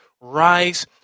rise